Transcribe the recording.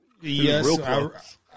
Yes